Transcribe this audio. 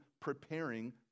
preparing